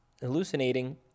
hallucinating